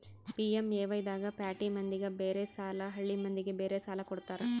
PMAY ದಾಗ ಪ್ಯಾಟಿ ಮಂದಿಗ ಬೇರೆ ಸಾಲ ಹಳ್ಳಿ ಮಂದಿಗೆ ಬೇರೆ ಸಾಲ ಕೊಡ್ತಾರ